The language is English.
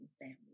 family